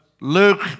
Luke